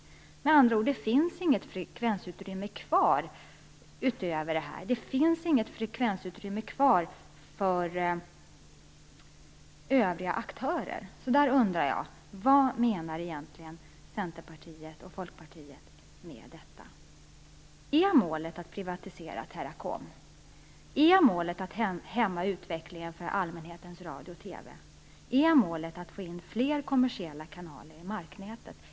Med andra ord finns det inget frekvensutrymme kvar utöver detta för övriga aktörer. Så vad menar egentligen Centerpartiet och Folkpartiet med detta? Är målet att privatisera Teracom? Är målet att hämma utvecklingen för allmänhetens radio och TV? Är målet att få in fler kommersiella kanaler i marknätet?